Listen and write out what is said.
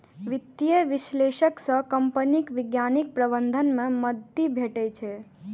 वित्तीय विश्लेषक सं कंपनीक वैज्ञानिक प्रबंधन मे मदति भेटै छै